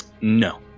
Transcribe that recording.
No